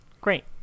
Great